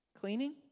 Cleaning